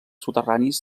soterranis